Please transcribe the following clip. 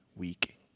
Week